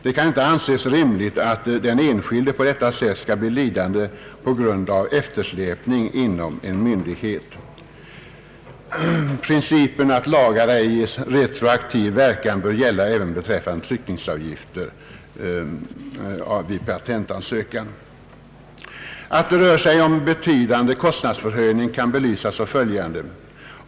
Det kan inte anses rimligt att den enskilde på detta sätt skall bli lidande på grund av eftersläpning inom en myndighet. Principen att lagar ej ges retroaktiv verkan bör gälla även beträffande tryckningsavgifter vid patentansökan. Att det rör sig om en betydande kostnadsförhöjning kan belysas av följande.